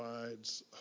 provides